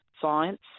science